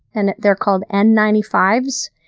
and they're called n ninety five s.